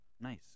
Nice